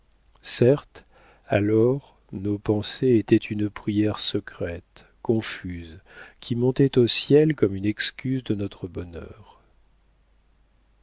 certes alors nos pensées étaient une prière secrète confuse qui montait au ciel comme une excuse de notre bonheur